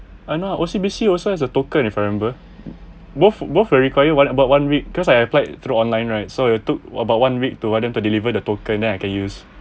why not O_C_B_C also has a token if I remember both both will require one about one week cause I applied through online right so I took what about one week to item to deliver the token then I can use